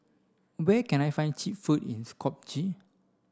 where can I find cheap food in Skopje